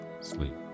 sleep